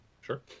Sure